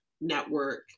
network